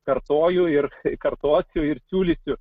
kartoju ir kartosiu ir siūlysiu